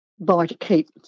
buy-to-keep